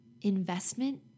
investment